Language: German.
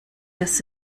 das